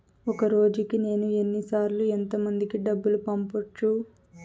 ఒక రోజుకి నేను ఎన్ని సార్లు ఎంత మందికి డబ్బులు పంపొచ్చు?